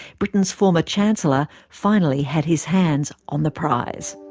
britain's former chancellor finally had his hands on the prize.